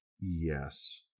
Yes